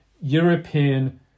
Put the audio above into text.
European